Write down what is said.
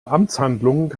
amtshandlung